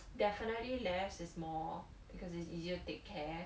definitely less is more because it's easier to take care